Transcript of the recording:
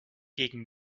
gegen